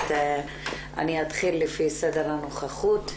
אני אתחיל לפי סדר הנוכחות,